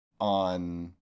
on